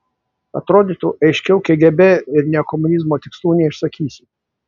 atrodytų aiškiau kgb ir neokomunizmo tikslų neišsakysi